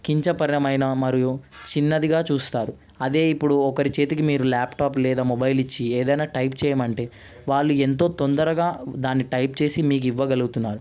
కించపరమైన మరియు చిన్నదిగా చూస్తారు అదే ఇప్పుడు ఒకరి చేతికి మీరు ల్యాప్టాప్ లేదా మొబైల్ ఇచ్చి ఏదైనా టైప్ చేయమంటే వాళ్ళు ఎంతో తొందరగా దాని టైప్ చేసి మీకు ఇవ్వగలుగుతున్నారు